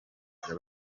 kujya